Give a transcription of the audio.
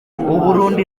burundi